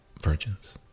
virgins